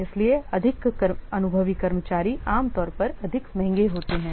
इसलिए अधिक अनुभवी कर्मचारी आमतौर पर अधिक महंगे होते हैं